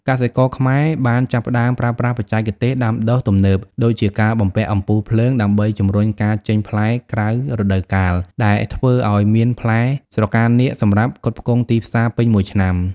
កសិករខ្មែរបានចាប់ផ្ដើមប្រើប្រាស់បច្ចេកទេសដាំដុះទំនើប ដូចជាការបំពាក់អំពូលភ្លើងដើម្បីជំរុញការចេញផ្លែក្រៅរដូវកាល ដែលធ្វើឱ្យមានផ្លែស្រកានាគសម្រាប់ផ្គត់ផ្គង់ទីផ្សារពេញមួយឆ្នាំ។